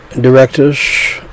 directors